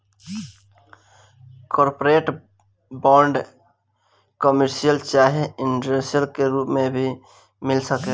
corporate bond, commercial चाहे industrial के रूप में भी मिल सकेला